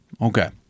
okay